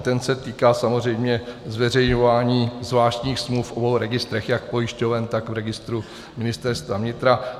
Ten se týká zveřejňování zvláštních smluv v registrech jak pojišťoven, tak registru Ministerstva vnitra.